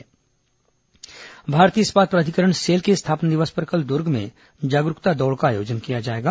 भारतीय इस्पात प्राधिकरण सेल के स्थापना दिवस पर कल दुर्ग में जागरूकता दौड़ का आयोजन किया जाएगा